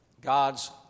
God's